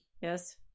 Yes